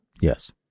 Yes